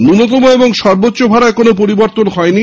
ন্যূনতম ও সর্বোচ্চ ভাড়ায় কোন পরিবর্তন হয়নি